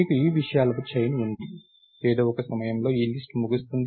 మీకు ఈ విషయాల చైన్ ఉంది ఏదో ఒక సమయంలో ఈ లిస్ట్ ముగుస్తుంది